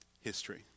history